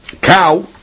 cow